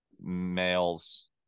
males